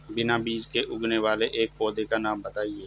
बिना बीज के उगने वाले एक पौधे का नाम बताइए